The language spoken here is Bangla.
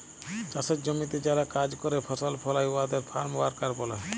চাষের জমিতে যারা কাজ ক্যরে ফসল ফলায় উয়াদের ফার্ম ওয়ার্কার ব্যলে